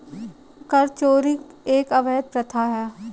कर चोरी एक अवैध प्रथा है